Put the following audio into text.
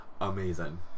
amazing